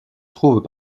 trouvent